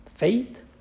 Faith